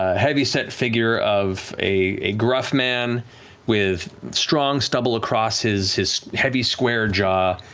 heavyset figure of a gruff man with strong stubble across his his heavy, square jaw.